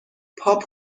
پاپ